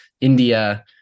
India